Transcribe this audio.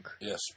Yes